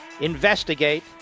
investigate